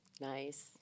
Nice